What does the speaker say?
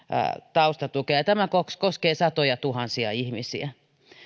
taustatukea tämä koskee satojatuhansia ihmisiä